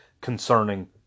concerning